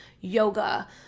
yoga